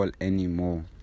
anymore